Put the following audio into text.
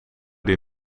die